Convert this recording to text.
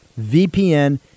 VPN